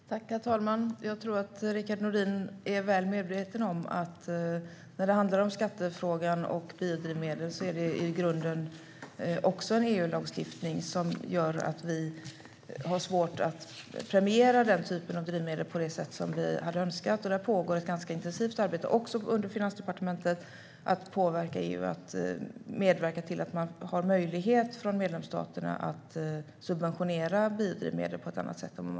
Herr talman! Jag tror att Rickard Nordin är väl medveten om att också skattefrågan och biodrivmedel ingår i EU-lagstiftningen. Det gör det svårt för oss att premiera den typen av drivmedel på det sätt som vi hade önskat. Det pågår ett ganska intensivt arbete också på Finansdepartementet för att påverka i EU för att det ska bli möjligt för medlemsstaterna att subventionera biodrivmedel på ett annat sätt.